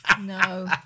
No